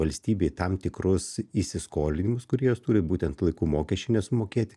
valstybei tam tikrus įsiskolinimus kur jos turi būtent laiku mokesčiai nesumokėti